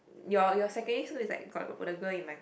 your your secondary school is like got the girl in my